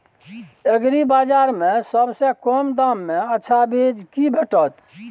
एग्रीबाजार में सबसे कम दाम में अच्छा चीज की भेटत?